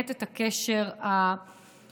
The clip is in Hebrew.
את הקשר הבלתי-ניתק,